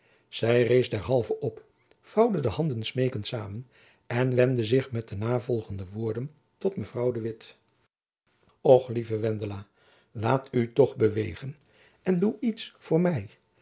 zy rees derhalve op vouwde de handen smeekend samen en wendde zich met de navolgende woorden tot mevrouw de witt och lieve wendela laat u toch bewegen en doe iets voor my